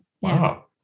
Wow